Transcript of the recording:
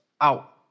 out